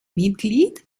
mitglied